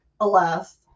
alas